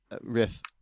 riff